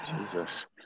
Jesus